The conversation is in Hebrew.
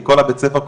כי כל הבית ספר,